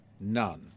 None